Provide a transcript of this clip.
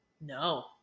No